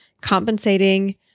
compensating